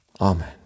Amen